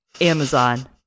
Amazon